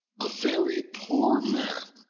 a very poor man,